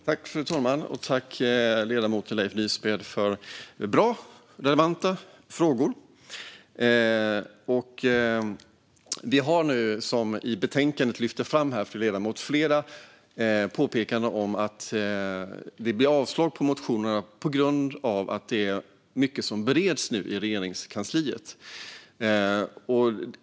Fru talman! Tack, ledamoten Leif Nysmed, för bra, relevanta frågor! Vi har i betänkandet flera påpekanden om att det blir avslag på motionerna på grund av att mycket nu bereds i Regeringskansliet.